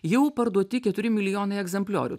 jau parduoti keturi milijonai egzempliorių